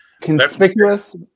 conspicuous